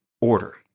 order